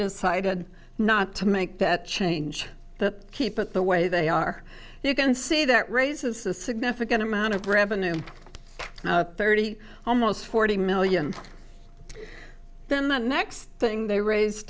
decided not to make that change that keep it the way they are you can see that raises a significant amount of revenue thirty almost forty million then the next thing they raise t